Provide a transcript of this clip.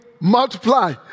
multiply